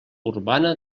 urbana